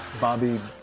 bobby.